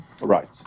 Right